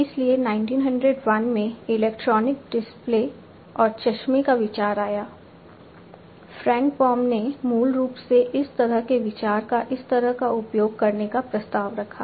इसलिए 1901 में electronic display और चश्मे का विचार आया फ्रैंक बॉम ने मूल रूप से इस तरह के विचार का इस तरह का उपयोग करने का प्रस्ताव रखा